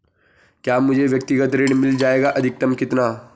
क्या मुझे व्यक्तिगत ऋण मिल जायेगा अधिकतम कितना?